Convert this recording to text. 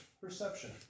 Perception